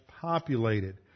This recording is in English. populated